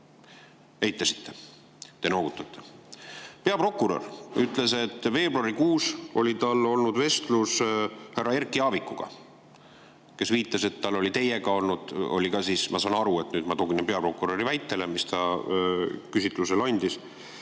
Peaprokurör ütles, et veebruarikuus oli tal olnud vestlus härra Erki Aavikuga, kes viitas, et tal oli teiega olnud, ma saan aru – ma tuginen nüüd peaprokuröri väitele, mille ta küsitlusel andis